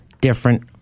different